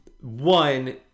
one